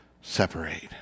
separate